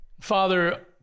Father